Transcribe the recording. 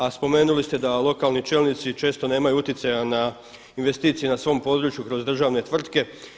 A spomenuli ste da lokalni čelnici često nemaju utjecaja na investicije na svom području kroz državne tvrtke.